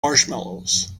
marshmallows